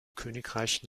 königreich